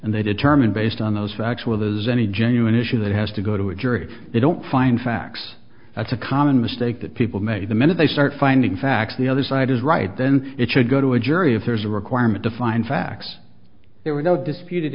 and they determine based on those factual there's any genuine issue that has to go to a jury they don't find facts that's a common mistake that people make the minute they start finding facts the other side is right then it should go to a jury if there's a requirement to find facts there were no disputed